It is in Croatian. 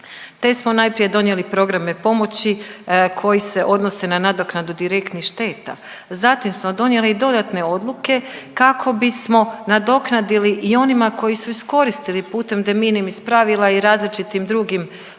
te smo najprije donijeli programe pomoći koji se odnose na nadoknadu direktnih šteta. Zatim smo donijeli dodatne odluke kako bi smo nadoknadili i onima koji su iskoristili putem de minimins pravila i različitim drugim